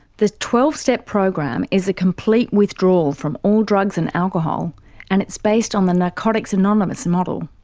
the twelve step program is a complete withdrawal from all drugs and alcohol and it's based on the narcotics anonymous model.